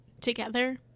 together